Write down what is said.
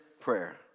prayer